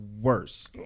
worse